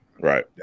Right